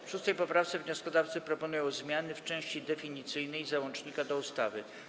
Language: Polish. W 6. poprawce wnioskodawcy proponują zmiany w części definicyjnej załącznika do ustawy.